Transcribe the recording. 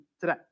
today